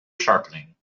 sharpening